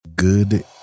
good